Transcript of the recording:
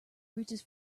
reaches